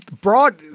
broad